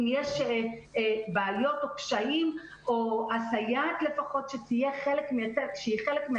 אם יש בעיות או קשיים או הסייעת לפחות שהיא חלק מהצוות